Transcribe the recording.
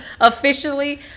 officially